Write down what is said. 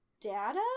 data